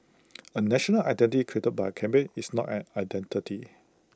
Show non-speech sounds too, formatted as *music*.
*noise* A national identity created by A campaign is not an identity